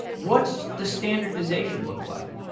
what's the standardization look like?